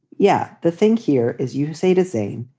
yeah, the thing here is you say to say,